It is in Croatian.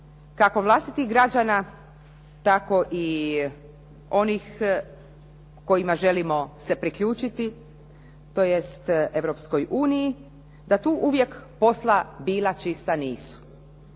kako vlastitih građana tako i onih kojima želimo se priključiti tj. Europskoj uniji da tu uvijek posla bila čista nisu.